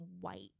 white